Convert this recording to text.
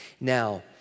Now